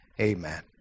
Amen